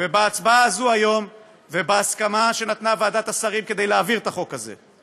ובהצבעה הזאת היום ובהסכמה שנתנה ועדת השרים כדי להעביר את החוק הזה,